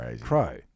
Crow